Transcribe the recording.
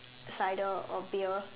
cider or beer